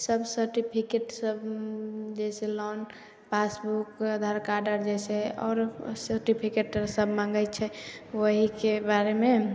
सब सर्टिफिकेट सब जैसे लोन पासबुक आधार कार्ड आर और सर्टिफिकेट आर सब मँगै छै ओहिके बारेमे